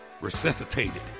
resuscitated